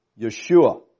Yeshua